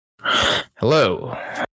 hello